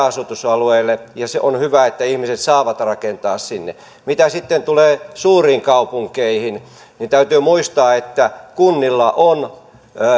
asutusalueille ja on hyvä että ihmiset saavat rakentaa sinne mitä sitten tulee suuriin kaupunkeihin niin täytyy muistaa että kunnilla on